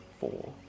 four